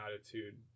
attitude